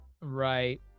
Right